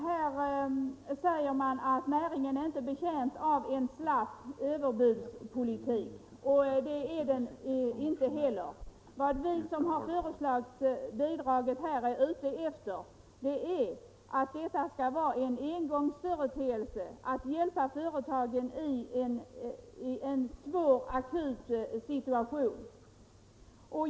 Här sägs det att näringen inte är betjänt av en slapp överbudspolitik, och det är den inte heller. Vi som har föreslagit bidraget menar att det skall vara en engångsföreteelse för att hjälpa företagen i en svår akut situation.